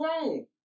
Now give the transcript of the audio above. grown